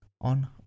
on